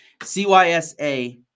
CYSA